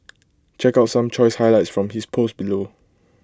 check out some choice highlights from his post below